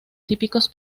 típicos